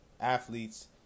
athletes